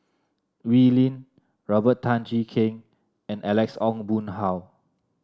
Wee Lin Robert Tan Jee Keng and Alex Ong Boon Hau